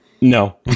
No